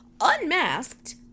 unmasked